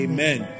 Amen